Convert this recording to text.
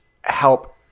help